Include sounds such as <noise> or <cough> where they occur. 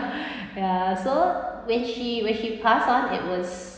<breath> ya so when she when she pass on it was